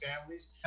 families